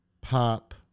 pop